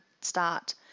start